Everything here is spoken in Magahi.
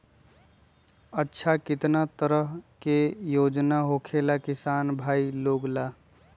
अच्छा कितना तरह के योजना होखेला किसान भाई लोग ला?